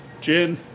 gin